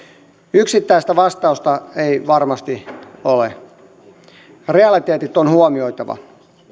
yksittäistä vastausta ei varmasti ole realiteetit on huomioitava